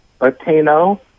Latino